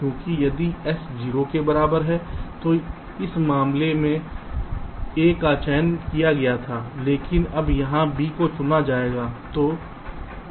क्योंकि यदि S 0 के बराबर है तो इस मामले में A का चयन किया गया था लेकिन अब यहां B को चुना जाएगा